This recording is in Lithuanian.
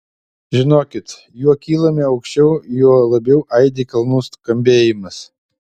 žinokit juo kylame aukščiau juo labiau aidi kalnų skambėjimas